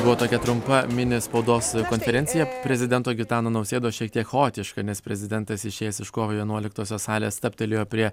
buvo tokia trumpa mini spaudos konferencija prezidento gitano nausėdos šiek tiek chaotiška nes prezidentas išėjęs iš kovo vienuoliktosios salės stabtelėjo prie